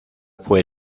fue